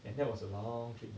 and that was a long trip